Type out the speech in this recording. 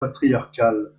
patriarcale